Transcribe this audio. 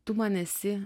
tu man esi